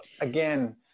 again